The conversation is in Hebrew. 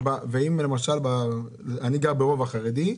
אני גר ברובע חרדי.